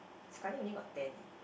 sekali only got ten leh